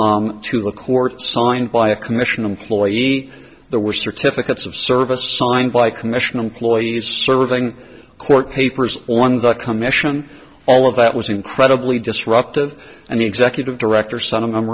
s to the court signed by a commission employee there were certificates of service signed by commission employees serving court papers on the commission all of that was incredibly disruptive and the executive director s